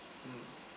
mm